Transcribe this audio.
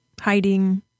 hiding